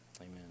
amen